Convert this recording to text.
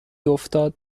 افتاد